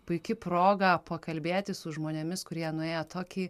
puiki proga pakalbėti su žmonėmis kurie nuėję tokį